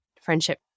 friendship